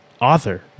author